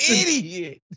idiot